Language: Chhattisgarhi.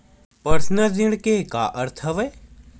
पर्सनल ऋण के का अर्थ हवय?